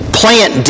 plant